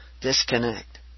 disconnect